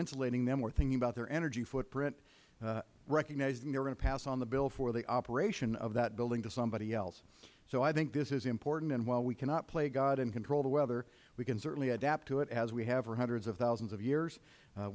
insulating them or thinking about their energy footprint recognizing they were going to pass on the bill for the operation of that building to somebody else so i think this is important and while we cannot play god and control the weather we can certainly adapt to it as we have for hundreds of thousands of years